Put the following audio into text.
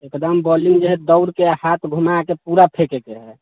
एकदम बौलिंग जे हय दौड़के हाथ घुमाके पूरा फेकैके हय